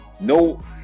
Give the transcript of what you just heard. no